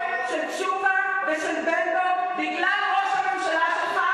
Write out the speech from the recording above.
של תשובה ושל בן-דב בגלל ראש הממשלה שלך,